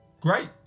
Great